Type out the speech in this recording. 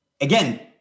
Again